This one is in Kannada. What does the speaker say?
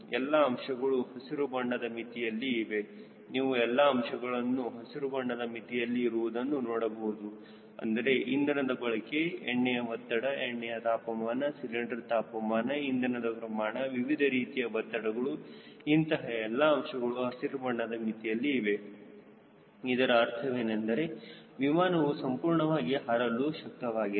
ಎಲ್ಲಾ ಅಂಶಗಳು ಹಸಿರು ಬಣ್ಣದ ಮಿತಿಯಲ್ಲಿ ಇವೆ ನೀವು ಎಲ್ಲಾ ಅಂಶಗಳನ್ನು ಹಸಿರುಬಣ್ಣದ ಮಿತಿಯಲ್ಲಿ ಇರುವುದನ್ನು ನೋಡಬಹುದು ಅಂದರೆ ಇಂಧನದ ಬಳಕೆ ಎಣ್ಣೆಯ ಒತ್ತಡ ಎಣ್ಣೆ ತಾಪಮಾನ ಸಿಲಿಂಡರ್ ತಾಪಮಾನ ಇಂಧನ ಪ್ರಮಾಣ ವಿವಿಧ ರೀತಿಯ ಒತ್ತಡಗಳು ಇಂತಹ ಎಲ್ಲಾ ಅಂಶಗಳು ಹಸಿರು ಬಣ್ಣದ ಮಿತಿಯಲ್ಲಿ ಇವೆ ಇದರ ಅರ್ಥವೇನೆಂದರೆ ವಿಮಾನವು ಸಂಪೂರ್ಣವಾಗಿ ಹಾರಲು ಶಕ್ತವಾಗಿದೆ